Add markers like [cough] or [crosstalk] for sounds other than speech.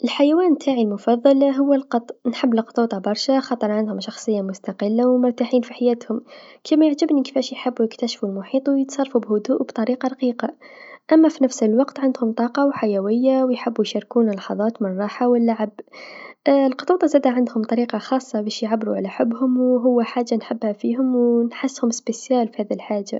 الحيوان نتاعي المفضل هو القط، نحب القطوطه برشا خاطر عندهم شخصيه مستقله و مرتاحين في حياتهم، كيما يعجبني كيفاش يحبو يكتاشفو المحيط و يتصرفو بهدوء و بطريقه رقيقه، أما في نفس الوقت عندهم طاقه و حيويه و يحبو يشاركونا لحظات من الراحه و اللعب [hesitation] القطوطه زادا عندهم طريقه خاصه باش يعبرو على حبهم و هو حاجه نحبها فيهم و نحسهم مميزين في هذي الحاجه.